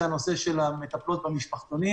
זה הנושא של המטפלות במשפחתונים.